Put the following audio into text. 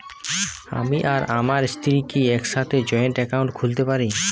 আমি আর আমার স্ত্রী কি একসাথে জয়েন্ট অ্যাকাউন্ট খুলতে পারি?